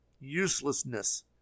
uselessness